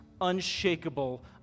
unshakable